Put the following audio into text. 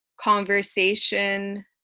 conversation